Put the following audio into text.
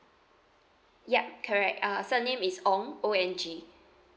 yup correct uh surname is ong O N G